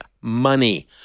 money